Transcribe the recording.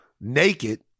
naked